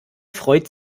freut